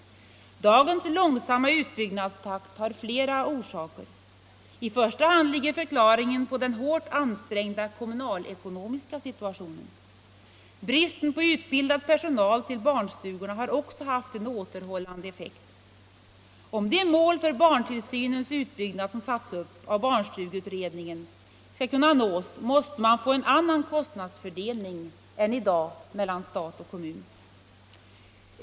Dagens långsamma utbyggnadstakt har flera orsaker. I första hand ligger förklaringen i den hårt ansträngda kommunalekonomiska situationen. Bristen på utbildad personal till barnstugorna har också haft en återhållande effekt. Om de mål för barntillsynens utbyggnad som satts upp av barnstugeutredningen skall kunna nås, måste man få en annan kostnadsfördelning än i dag mellan stat och kommun.